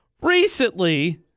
recently